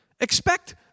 Expect